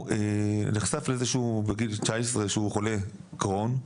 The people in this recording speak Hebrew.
הוא נחשף בגיל 19 לכך שהוא חולה קרוהן,